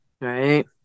right